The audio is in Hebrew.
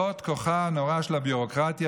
זה כוחה הנורא של הביורוקרטיה,